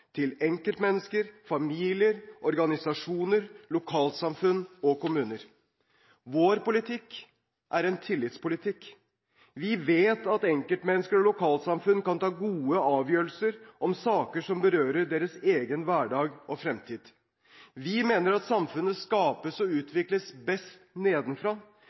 til enkeltmennesker, familier, organisasjoner, lokalsamfunn og kommuner. Vår politikk er en tillitspolitikk. Vi vet at enkeltmennesker og lokalsamfunn kan ta gode avgjørelser om saker som berører deres egen hverdag og fremtid. Vi mener at samfunnet skapes og utvikles best nedenfra.